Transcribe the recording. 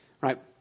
right